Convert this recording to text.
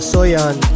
Soyan